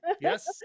yes